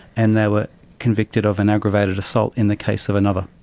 and they were convicted of an aggravated assault in the case of another.